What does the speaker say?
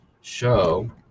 show